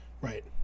Right